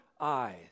eyes